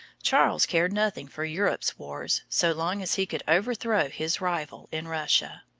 charles cared nothing for europe's wars so long as he could overthrow his rival in russia.